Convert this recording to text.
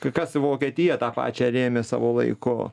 kai kas į vokietiją tą pačią rėmė savo laiku